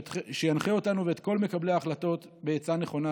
שינחה אותנו ואת כל מקבלי ההחלטות בעצה נכונה.